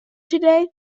today